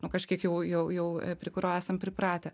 nu kažkiek jau jau jau prie kurio esam pripratę